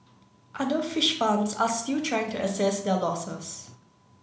other fish farms are still trying to assess their losses